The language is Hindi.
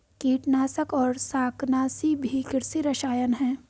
कीटनाशक और शाकनाशी भी कृषि रसायन हैं